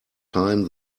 time